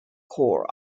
core